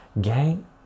gang